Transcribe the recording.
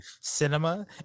cinema